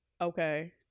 Okay